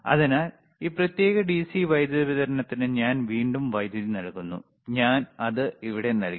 അതിനാൽ ഈ പ്രത്യേക ഡിസി വൈദ്യുതി വിതരണത്തിന് ഞാൻ വീണ്ടും വൈദ്യുതി നൽകുന്നു ഞാൻ അത് ഇവിടെ നൽകി